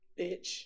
Bitch